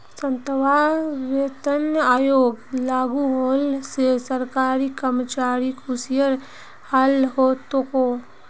सातवां वेतन आयोग लागू होल से सरकारी कर्मचारिर ख़ुशीर लहर हो तोक